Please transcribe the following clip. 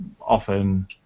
Often